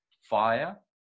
fire